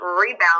rebound